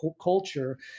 culture